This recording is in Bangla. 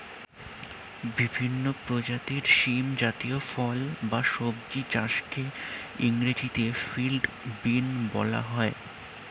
বিভিন্ন প্রজাতির শিম জাতীয় ফল বা সবজি চাষকে ইংরেজিতে ফিল্ড বিন বলা হয়